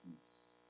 peace